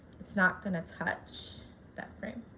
it's not going to touch that frame